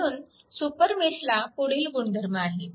म्हणून सुपरमेशला पुढील गुणधर्म आहे